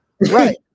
Right